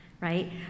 right